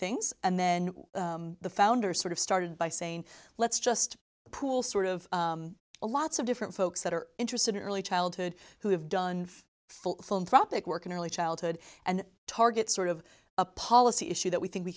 things and then the founder sort of started by saying let's just pool sort of a lots of different folks that are interested in early childhood who have done film from pick work in early childhood and target sort of a policy issue that we think we